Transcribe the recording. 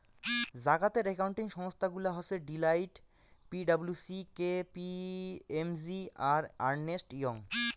জাগাতের একাউন্টিং সংস্থা গুলা হসে Deloitte, P W C, K P M G, আর আর্নেস্ট ইয়ং